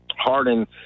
Harden